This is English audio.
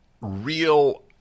real